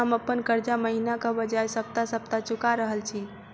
हम अप्पन कर्जा महिनाक बजाय सप्ताह सप्ताह चुका रहल छि